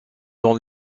dans